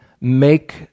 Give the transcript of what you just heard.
make